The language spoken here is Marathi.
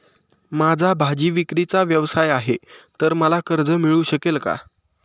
माझा भाजीविक्रीचा व्यवसाय आहे तर मला कर्ज मिळू शकेल का?